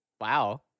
Wow